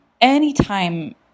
Anytime